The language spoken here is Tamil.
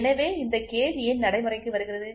எனவே இந்த கேஜ் ஏன் நடைமுறைக்கு வருகிறது